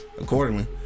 accordingly